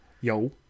yo